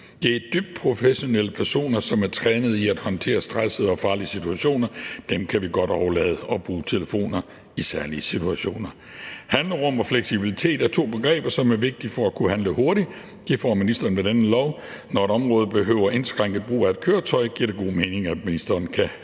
Det er dybt professionelle personer, som er trænet i at håndtere stressede og farlige situationer. Dem kan vi godt overlade at bruge telefoner i særlige situationer. Handlerum og fleksibilitet er to begreber, som er vigtige for at kunne handle hurtigt. Det får ministeren med denne lov. Når et område behøver indskrænket brug af et køretøj, giver det god mening, at ministeren kan handle